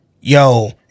yo